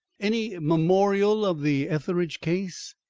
any memorial of the etheridge case?